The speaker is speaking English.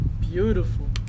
beautiful